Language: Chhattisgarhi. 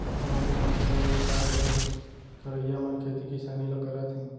गॉंव के मनसे मन अउ काय करहीं करइया मन खेती किसानी ल करत हें